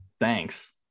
thanks